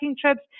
trips